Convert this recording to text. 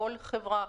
כל חברה,